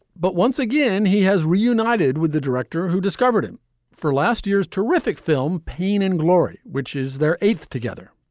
but once again, he has reunited with the director who discovered him for last year's terrific film, pain and glory, which is their eighth together.